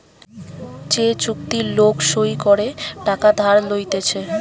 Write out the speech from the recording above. যে চুক্তি লোক সই করে টাকা ধার লইতেছে